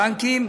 הבנקים,